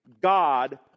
God